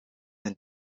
een